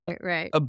Right